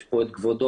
יש פה את כבודו,